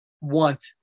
want